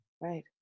Right